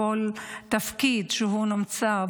בכל תפקיד שהוא נמצא,